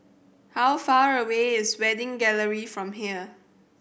how far away is Wedding Gallery from here